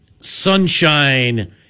sunshine